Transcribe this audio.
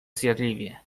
zjadliwie